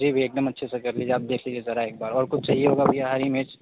जी भैया एक दम अच्छे से कर लीजिए आप देख लीजिए सारा एक बार और कुछ चाहिए होगा भैया हरी मिर्च